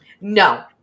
no